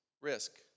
risk